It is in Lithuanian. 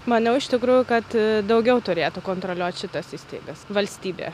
maniau iš tikrųjų kad daugiau turėtų kontroliuot šitas įstaigas valstybė